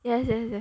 yes yes yes